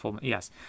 Yes